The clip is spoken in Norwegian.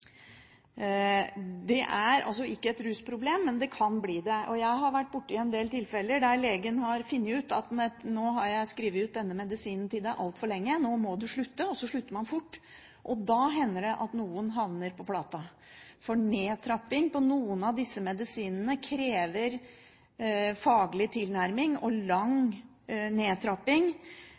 Det er altså ikke et rusproblem, men det kan bli det. Jeg har vært borti en del tilfeller der legen har funnet ut at: Nå har jeg skrevet ut denne medisinen til deg altfor lenge, nå må du slutte. Så slutter man fort, og da hender det at noen havner på Plata. For nedtrapping av noen av disse medisinene krever faglig tilnærming, og det må være lang nedtrapping.